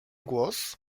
głos